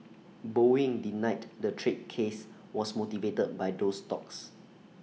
boeing denied the trade case was motivated by those talks